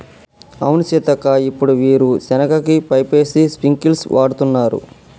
అవును సీతక్క ఇప్పుడు వీరు సెనగ కి పైపేసి స్ప్రింకిల్స్ వాడుతున్నారు